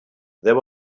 there